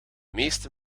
meeste